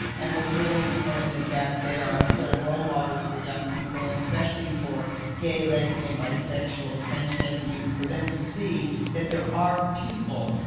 and what's really important is that there are still role models for young people, and especially for gay, lesbian, bisexual, transgender youth, for them to see that there are people,